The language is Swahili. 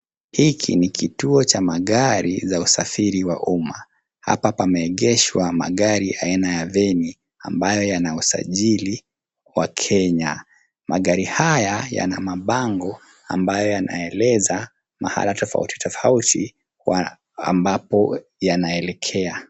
Hiki ni kituo cha magari za wasafiri wa uma, hapa pameegeshwa magari aina ya Van ambayo yana usajili wa Kenya. Magari haya yana mabango ambayo yanaeleza mahala tofauti tofauti ambapo yanaelekea.